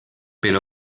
per